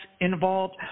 involved